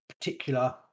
particular